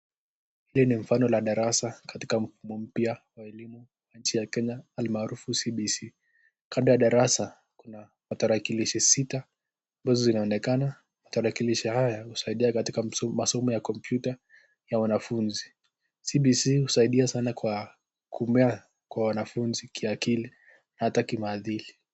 Hii ni mfano wa darasa katika mfumo mpya wa elimu ya nchi ya Kenya almaarufu cbc,kando ya darasa kuna tarakilishi sita ambazo zinaonekana, tarakilishi haya husaidia katika masomo ya kompyuta ya wanafunzi, cbc husaidia sana kumea kwa wanafunzi kiakili na hata kimaadili.